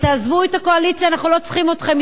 אתם, תעזבו את הקואליציה, אנחנו לא צריכים אתכם.